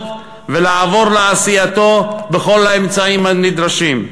ולעבור לעשייתו בכל האמצעים הנדרשים.